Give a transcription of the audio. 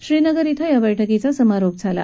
श्रीनगर इथं या बैठकीचा समारोप झाला